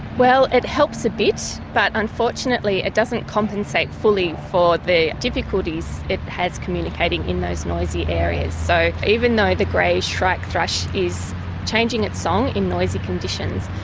well, it helps a bit, but unfortunately it doesn't compensate fully for the difficulties it has communicating in those noisy areas. so even though the grey shrike-thrush is changing its song in noisy conditions,